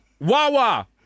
Wawa